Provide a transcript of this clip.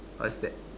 what's that